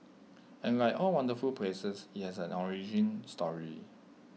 and like all wonderful places IT has an origin story